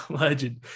legend